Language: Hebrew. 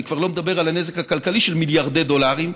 אני כבר לא מדבר על הנזק הכלכלי של מיליוני דולרים,